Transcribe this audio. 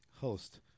host